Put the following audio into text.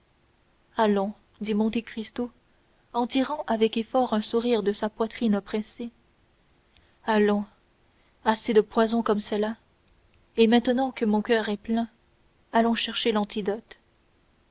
allons dit monte cristo en tirant avec effort un sourire de sa poitrine oppressée allons assez de poison comme cela et maintenant que mon coeur en est plein allons chercher l'antidote